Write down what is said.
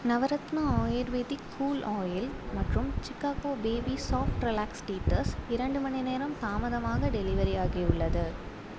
Navratna ayurvedic cool oil மற்றும் Chicco baby soft relax teethers இரண்டு மணிநேரம் தாமதமாக டெலிவரி ஆகியுள்ளது